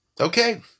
Okay